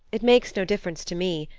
it makes no difference to me,